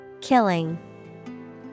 Killing